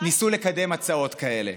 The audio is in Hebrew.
ניסו לקדם הצעות כאלה.